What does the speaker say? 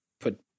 put